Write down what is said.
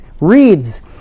reads